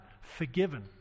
forgiven